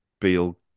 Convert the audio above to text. Beal